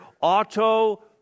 auto